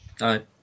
right